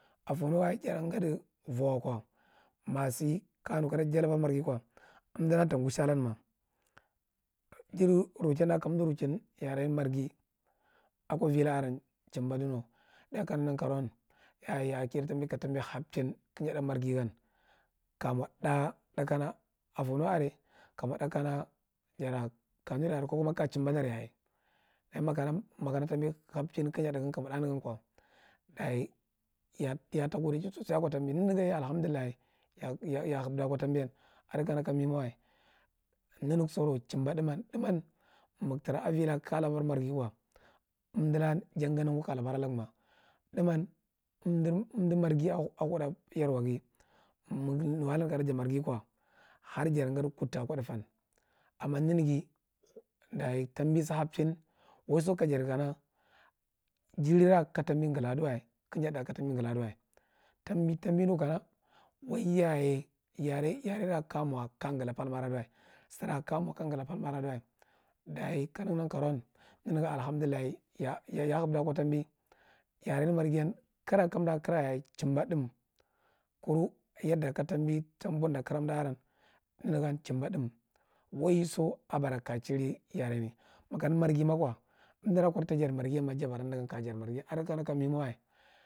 Afoumo jada fadi vouwa ko, masi kajanu kanajalabar marghi umdulakan tagushe alom ma, jin nching rakanda urchin yare marghi ako lthvi laka ardu tumber duma ta kaneghi nankaroun ya a kide tambi ka tambi hapechin kiy unmarghi gan ka mo kah ka afouno are kaja mo tith kana jara kanun are ko kuma kajo dumber dare yaye, daye ma kana tambi hapehin kiyaddi yan ka mo thath negan ko, daya yatee gude chin sosai atambi meneghiye ya a aka tambi, adi kana kamemawa neneghi soru jumba thuthrm, thublmm ma ga ra ako avira kaga labar, marghi ko umdukla jaga mangu k labar alayu ma thuthman unidu marghi ako hude yerwaghi, ma ga mu dan kana jar marghi ko har jata gadi kudta ako thifum amma neneghi day tambi bi hapchin, waiso ka jadi kam jarira katambi ngla adiwa, kiyad tham ka tambi ngla adiwa tambi tambi nukana yoaiyaye ka mo yavira ka ja gla parth ma i duwa sira ka ja ma ka ngla path ma ada duwa, daya meneghi mankaram alhamdullah ya hutha ka tambi, yavi marghi kira kamda kiraye jumba thuth kur yadda ka tambi boudda kira umda aran jumbey thumth waiso abara kaja chiri yarine ma kama marghi mako umdura kuda ta jadi marghi mya nenegan jar bara ka jadi marghiyan adi kana ka me mawa.